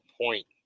point